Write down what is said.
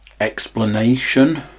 explanation